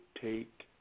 take